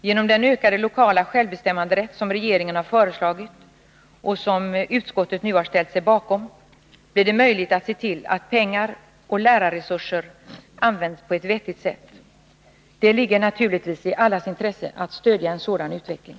Genom den ökade lokala självbestämmanderätt som regeringen har föreslagit, och som utskottet nu har ställt sig bakom, blir det möjligt att se till att pengar och lärarresurser används på ett vettigt sätt. Det ligger naturligtvis i allas intresse att stödja en sådan utveckling.